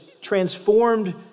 transformed